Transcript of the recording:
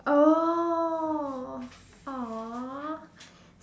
oh !aww!